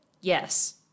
Yes